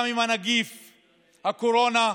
גם עם נגיף הקורונה,